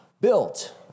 built